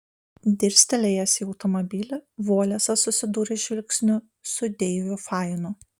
dirstelėjęs į automobilį volesas susidūrė žvilgsniu su deiviu fainu